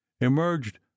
emerged